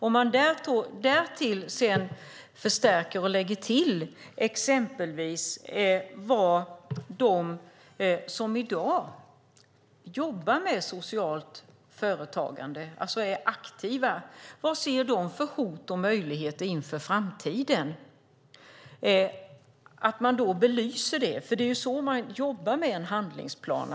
Därtill skulle man kunna förstärka och lägga till exempelvis de hot och möjligheter som de som i dag jobbar aktivt med socialt företagande ser inför framtiden. Det är så man jobbar med en handlingsplan.